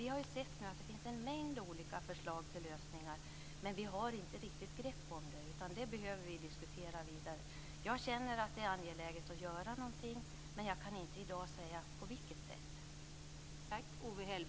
Vi har sett att det finns en mängd olika förslag till lösningar, men vi har inte riktigt grepp om dem. Vi behöver diskutera vidare. Det är angeläget att göra någonting, men jag kan i dag inte säga på vilket sätt.